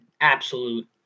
absolute